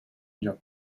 жок